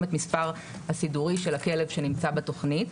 את המספר הסידורי של הכלב שנמצא בתוכנית.